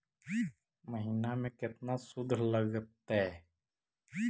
महिना में केतना शुद्ध लगतै?